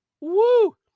woo